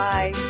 Bye